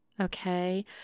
Okay